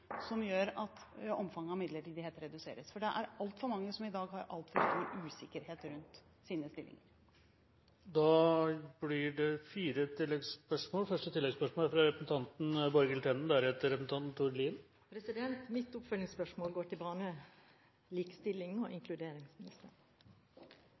som gjør at omfanget av midlertidighet reduseres. Det er altfor mange som i dag har altfor mye usikkerhet rundt sine stillinger. Det blir gitt anledning til fire oppfølgingsspørsmål – først Borghild Tenden. Mitt oppfølgingsspørsmål går til barne-, likestillings- og